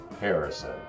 Harrison